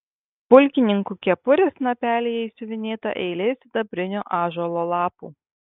pulkininkų kepurės snapelyje išsiuvinėta eilė sidabrinių ąžuolo lapų